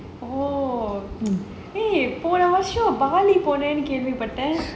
oh போன வருஷம்:pona varusham bali போனேன்னு கேள்வி பட்டேன்:ponaenu kaelvi pattaen